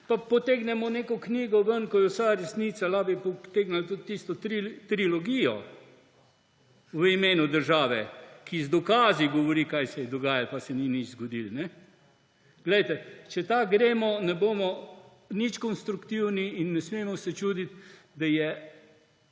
potegnemo neko knjigo ven, ko je vsa resnica, lahko bi potegnili tudi tisto trilogijo V imenu države, ki z dokazi govori, kaj se je dogajalo, pa se ni nič zgodilo. Poglejte, če tako gremo, ne bomo nič konstruktivni in ne smemo se čuditi, da je